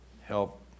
help